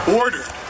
ordered